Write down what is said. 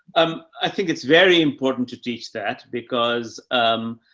um, i think it's very important to teach that because, um,